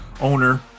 owner